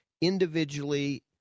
individually